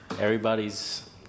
Everybody's